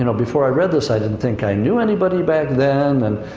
you know before i read this, i didn't think i knew anybody back then. and,